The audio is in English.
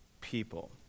people